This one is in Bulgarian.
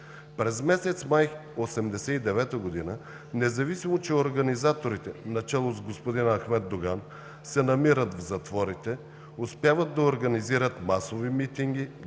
През месец май 1989 г., независимо че организаторите начело с господин Ахмед Доган се намират в затворите, успяват да организират масови митинги,